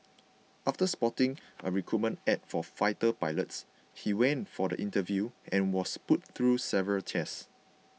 after spotting a recruitment ad for fighter pilots he went for the interview and was put through several tests